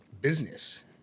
business